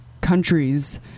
countries